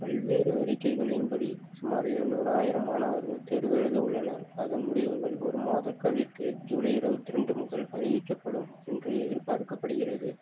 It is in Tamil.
பல்வேறு அறிக்கைகளின்படி சுமார் எழுநூறு ஆயிரம் மாணவர்கள் தேர்வு எழுத உள்ளனர் அதன் முடிவுகள் ஒரு மாதம் கழித்து ஜூலை இருபத்ரெண்டு முதல் அறிவிக்கப்படும் என்று எதிர்பார்க்கப்படுகிறது